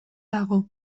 dago